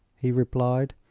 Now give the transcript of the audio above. he replied.